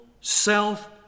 self